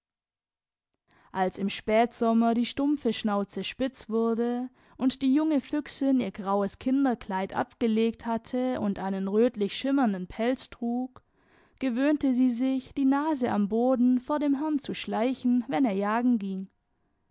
als im spätsommer die stumpfe schnauze spitz wurde und die junge füchsin ihr graues kinderkleid abgelegt hatte und einen rötlich schimmernden pelz trug gewöhnte sie sich die nase am boden vor dem herrn zu schleichen wenn er jagen ging